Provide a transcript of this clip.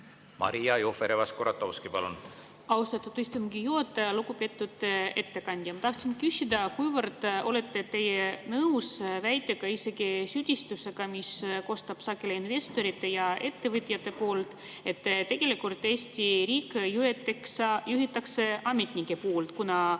Maria Jufereva-Skuratovski, palun! Austatud istungi juhataja! Lugupeetud ettekandja! Ma tahtsin küsida, kuivõrd olete te nõus väitega, isegi süüdistusega, mis kostab sageli investorite ja ettevõtjate poolt, et tegelikult Eesti riiki juhivad ametnikud.